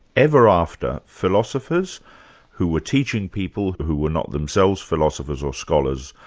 ever after, philosophers who were teaching people who were not themselves philosophers or scholars,